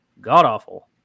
god-awful